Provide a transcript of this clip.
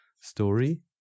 story